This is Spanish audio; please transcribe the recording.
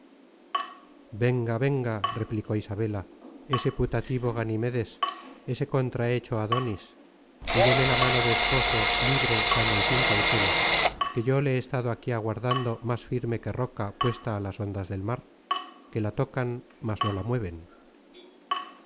venga venga replicó isabela ese putativo ganimédes ese contrahecho adonis y déme la mano de esposo libre sano y sin cautela que yo le he estado aquí aguardando más firme que roca puesta á las ondas del mar que la tocan mas no la mueven